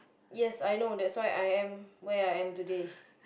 yes I know that's why I am where I am today